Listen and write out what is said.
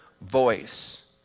voice